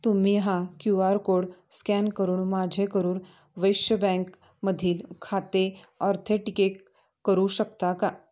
तुम्ही हा Q R code scan करून माझे करूर वैश्य बँकमधील खाते ऑर्थेटिकेक करू शकता का